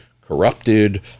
corrupted